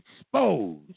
exposed